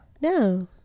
No